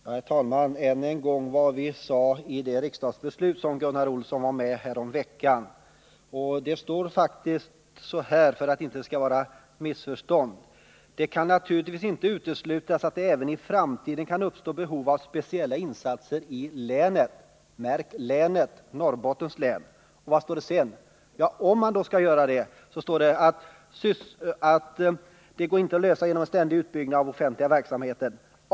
Herr talman! Än en gång tillbaka till vad som sägs i det riksdagsbeslut som Gunnar Olsson var med om att fatta häromveckan. Det står faktiskt så här — för att det inte skall bli något missförstånd skall jag citera: ”Det kan naturligtvis inte uteslutas att det även i framtiden kan uppstå behov av speciella insatser i länet.” — Märk: i länet, dvs. Norrbottens län. — Och vad står det sedan? Jo, det står att om man då skall göra det, kan sysselsättningsproblemen inte lösas genom en ständig utbyggnad av den offentliga verksamheten.